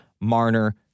Marner